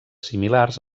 similars